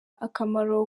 akamaro